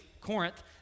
Corinth